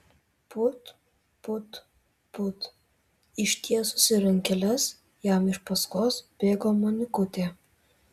put put put ištiesusi rankeles jam iš paskos bėgo monikutė